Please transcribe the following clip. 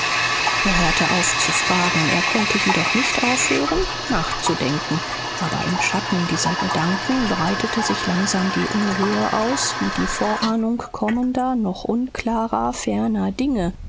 er hörte auf zu fragen er konnte jedoch nicht aufhören nachzudenken aber im schatten dieser gedanken breitete sich langsam die unruhe aus wie die vorahnung kommender noch unklarer ferner dinge